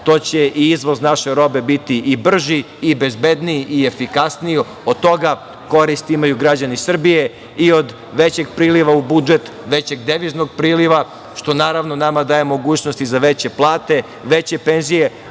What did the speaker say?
to će i izvoz naše robe biti i brži i bezbedniji i efikasniji. Od toga korist imaju građani Srbije i od većeg priliva u budžet, većeg deviznog priliva, što naravno, nama daje mogućnosti za veće plate, veće penzije,